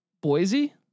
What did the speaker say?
Boise